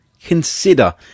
consider